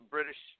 British